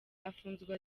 afunzwe